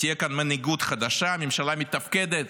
תהיה כאן מנהיגות חדשה, ממשלה מתפקדת,